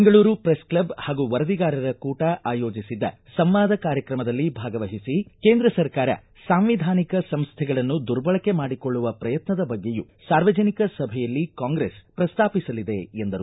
Bengaluru press club ಹಾಗೂ ವರದಿಗಾರರ ಕೂಟ ಆಯೋಜಿಸಿದ್ದ ಸಂವಾದ ಕಾರ್ಯಕ್ರಮದಲ್ಲಿ ಭಾಗವಹಿಸಿ ಕೇಂದ್ರ ಸರ್ಕಾರ ಸಾಂವಿಧಾನಿಕ ಸಂಸ್ಥೆಗಳನ್ನು ದುರ್ಬಳಕೆ ಮಾಡಿಕೊಳ್ಳುವ ಪ್ರಯತ್ನದ ಬಗ್ಗೆಯೂ ಸಾರ್ವಜನಿಕ ಸಭೆಯಲ್ಲಿ ಕಾಂಗ್ರೆಸ್ ಪ್ರಸ್ತಾಪಿಸಲಿದೆ ಎಂದರು